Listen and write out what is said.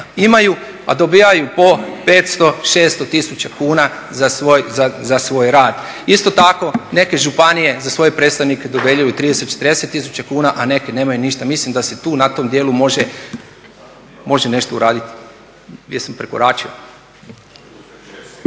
manjine a dobivaju po 500, 600 tisuća kuna za svoj rad. Isto tako neke županije za svoje predstavnike dodjeljuju 30, 40 tisuća kuna, a neki nemaju ništa. Mislim da se tu, na tom djelu može nešto napraviti. Jesam prekorači?